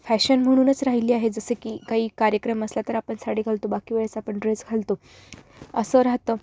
fashion म्हणूनच राहिली आहे जसं की काही कार्यक्रम असला तर आपण साडी घालतो बाकी वेळेस आपण ड्रेस घालतो असं राहतं